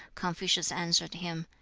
confucius answered him,